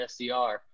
SDR